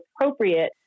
appropriate